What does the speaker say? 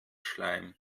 schleim